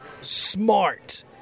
smart